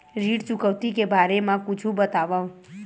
ऋण चुकौती के बारे मा कुछु बतावव?